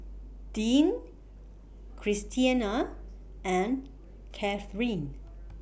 Deanne Christiana and Cathryn